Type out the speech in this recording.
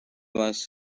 was